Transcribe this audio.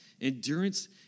Endurance